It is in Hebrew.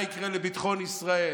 מה יקרה לביטחון ישראל,